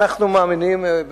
אנחנו מאמינים,